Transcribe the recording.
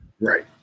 right